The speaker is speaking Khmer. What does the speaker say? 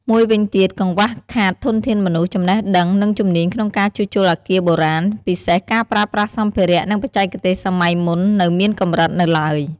មួយវិញទៀត កង្វះខាតធនធានមនុស្ស ចំណេះដឹង និងជំនាញក្នុងការជួសជុលអគារបុរាណ ពិសេសការប្រើប្រាស់សម្ភារៈ និងបច្ចេកទេសសម័យមុន នៅមានកម្រិតនៅឡើយ។